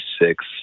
six